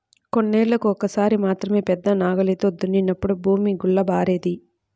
కొన్నేళ్ళకు ఒక్కసారి మాత్రమే పెద్ద నాగలితో దున్నినప్పుడు భూమి గుల్లబారేది